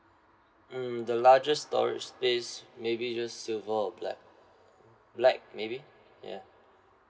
mm the largest storage space maybe just silver or black black maybe ya